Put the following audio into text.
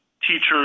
teachers